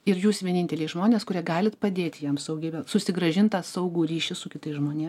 ir jūs vieninteliai žmonės kurie galit padėt jam saugiai susigrąžint tą saugų ryšį su kitais žmonė